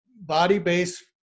body-based